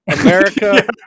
America